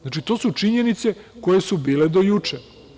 Znači, to su činjenice koje su bile do juče.